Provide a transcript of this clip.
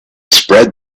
spread